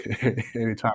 anytime